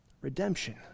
redemption